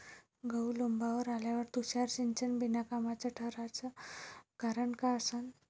गहू लोम्बावर आल्यावर तुषार सिंचन बिनकामाचं ठराचं कारन का असन?